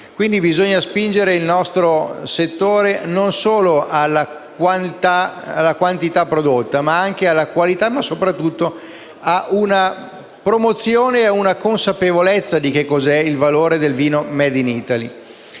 quindi, spingere il nostro settore non solo alla quantità prodotta, ma anche alla qualità e soprattutto alla promozione e alla consapevolezza del valore del vino*made in Italy*.